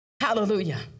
Hallelujah